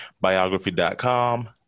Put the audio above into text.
biography.com